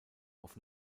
auf